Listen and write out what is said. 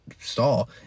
stall